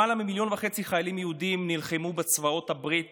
למעלה ממיליון וחצי חיילים יהודים נלחמו בצבאות הברית